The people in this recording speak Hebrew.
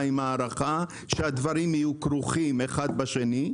עם ההארכה שהדברים יהיו כרוכים זה בזה,